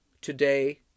today